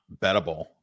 bettable